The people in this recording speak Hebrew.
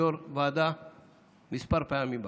הייתי יו"ר ועדה כמה פעמים בכנסת,